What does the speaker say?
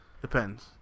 Depends